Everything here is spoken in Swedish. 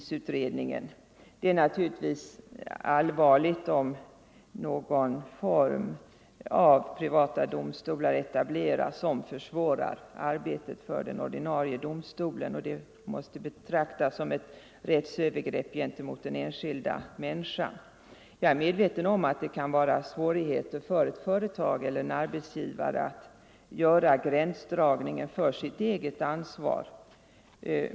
handhavandet Det är naturligtvis allvarligt om någon form av privata domstolar etab — av rättsvårdande leras som försvårar arbetet för den ordinarie domstolen, och det måste uppgifter betraktas som ett rättsövergrepp gentemot den enskilda människan. Jag är medveten om att det kan vara svårigheter för ett företag eller en arbetsgivare att göra gränsdragningar för sitt eget ansvar.